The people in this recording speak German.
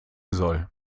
soll